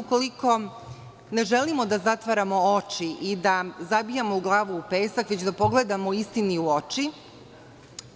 Ukoliko ne želimo da zatvaramo oči i da zabijamo glavu u pesak, već da pogledamo istini u oči